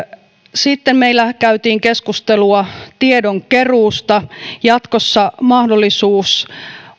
sitten meillä käytiin keskustelua tiedon keruusta jatkossa mahdollisuus